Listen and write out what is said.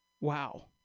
Wow